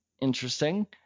interesting